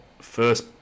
First